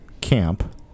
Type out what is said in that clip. Camp